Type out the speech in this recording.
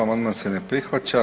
Amandman se ne prihvaća.